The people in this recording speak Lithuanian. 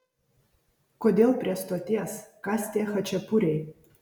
kodėl prie stoties kas tie chačapuriai